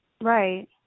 Right